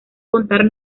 contar